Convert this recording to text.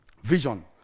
Vision